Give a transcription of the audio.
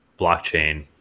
blockchain